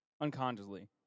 unconsciously